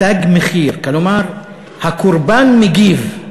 "תג מחיר", כלומר הקורבן מגיב.